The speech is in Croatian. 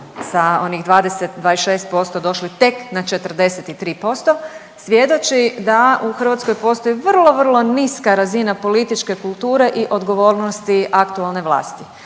sa onih 20, 26% došli tek na 43%, svjedoči da u Hrvatskoj postoji vrlo, vrlo niska razina političke kulture i odgovornosti aktualne vlasti.